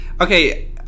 okay